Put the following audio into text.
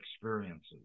experiences